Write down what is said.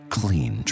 clean